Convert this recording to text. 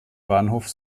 bahnhof